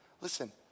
Listen